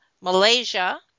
Malaysia